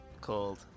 called